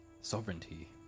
sovereignty